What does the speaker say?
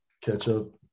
ketchup